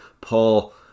Paul